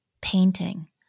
painting